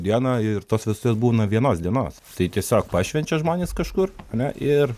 dieną ir tos vestuvės būna vienos dienos tai tiesiog pašvenčia žmonės kažkur ane ir